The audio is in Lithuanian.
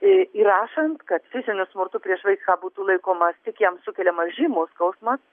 įrašant kad fiziniu smurtu prieš vaiką būtų laikomas tik jam sukeliamas žymus skausmas